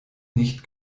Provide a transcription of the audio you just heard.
nicht